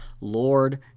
Lord